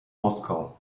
moskau